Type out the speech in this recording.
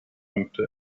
punkte